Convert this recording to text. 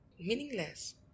meaningless